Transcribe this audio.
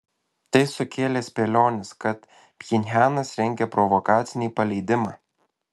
tai sukėlė spėliones kad pchenjanas rengia provokacinį paleidimą